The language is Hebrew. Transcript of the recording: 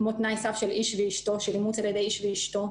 כמו תנאי סף של אימוץ על-ידי "איש ואשתו",